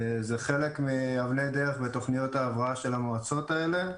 זה חלק מאבני הדרך בתוכניות ההבראה של המועצות האלה.